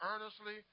earnestly